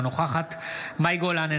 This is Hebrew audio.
אינה נוכחת מאי גולן,